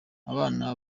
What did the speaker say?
abana